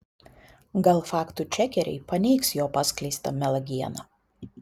gal faktų čekeriai paneigs jo paskleistą melagieną